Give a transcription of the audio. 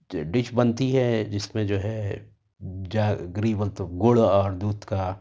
dish بنتی ہے جس میں جو ہے جاگری بولے تو گڑ اور دودھ کا